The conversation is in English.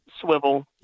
swivel